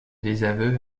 désaveu